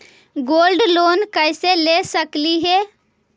Gold loan कैसे ले सकली हे?